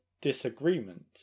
disagreement